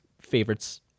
favorites